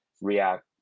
react